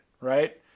right